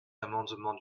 l’amendement